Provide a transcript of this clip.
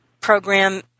program